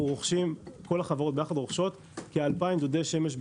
כל החברות יחד רוכשות כ-2,000 דודי שמש.